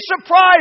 surprised